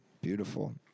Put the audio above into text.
Beautiful